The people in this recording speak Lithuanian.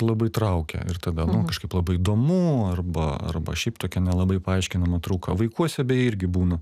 labai traukia ir tada nu kažkaip labai įdomu arba arba šiaip tokia nelabai paaiškinama trauka vaikuose beje irgi būna